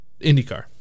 IndyCar